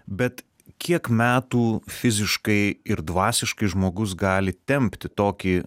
bet kiek metų fiziškai ir dvasiškai žmogus gali tempti tokį